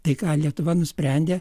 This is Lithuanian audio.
tai ką lietuva nusprendė